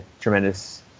tremendous